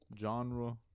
genre